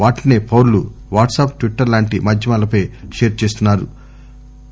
వాటినే పౌరులు WhatsApp Twitter లాంటి మాధ్యమాలపై షేర్ చేస్తున్నా రు